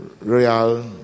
royal